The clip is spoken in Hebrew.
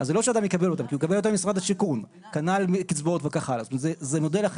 אני מבין את החשדנות והיא ברורה אבל זאת לא ועדת